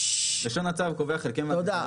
לשון הצו קובע "חלקיהם ואביזריהם" --- תודה.